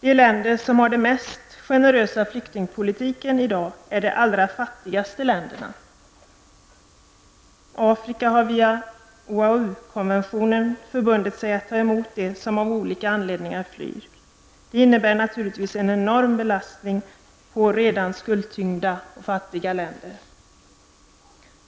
De länder som har den mest generösa flyktingpolitiken i dag är de allra fattigaste länderna. Afrika har via OAU konventionen förbundit sig att ta emot dem som av olika anledningar flyr. Det innebär naturligtvis en enorm belastning för redan skuldtyngda och fattiga länder.